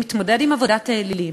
מתמודד עם עבודת האלילים.